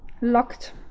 locked